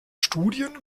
studien